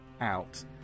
out